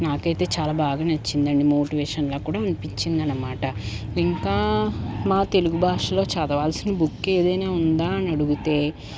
నాకయితే చాలా బాగా నచ్చిందండి మోటివేషన్లా కూడా అనిపించిందనమాట ఇంకా మా తెలుగు భాషలో చదవాల్సిన బుక్కు ఏదైనా ఉందా అని అడిగితే